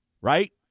right